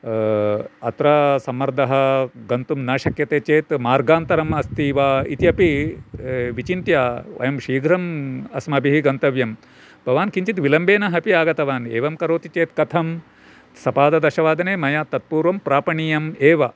अत्र सम्मर्दः गन्तुं न शक्यते चेत् मार्गान्तरम् अस्ति वा इति अपि विचिन्त्य वयं शीघ्रं अस्माभिः गन्तव्यं भवान् किञ्चित् विलम्बेन अपि आगतवान् एवं करोति चेत् कथं सपाददशवादने मया तत्पूर्वं प्रापणीयं एव